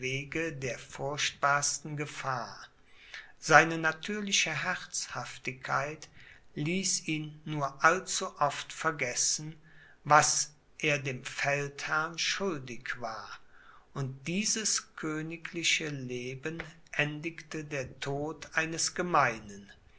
der furchtbarsten gefahr seine natürliche herzhaftigkeit ließ ihn nur allzuoft vergessen was er dem feldherrn schuldig war und dieses königliche leben endigte der tod eines gemeinen